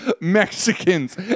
Mexicans